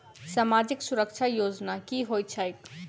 सामाजिक सुरक्षा योजना की होइत छैक?